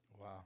wow